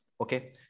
okay